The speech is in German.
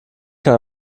kann